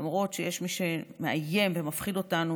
למרות שיש מי שמאיים ומפחיד אותנו